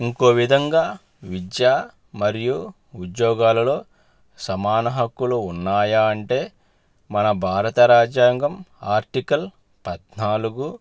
ఇంకొక విధంగా విద్య మరియు ఉద్యోగాలలో సమాన హక్కులు ఉన్నాయా అంటే మన భారత రాజ్యాంగం ఆర్టికల్ పద్నాలుగు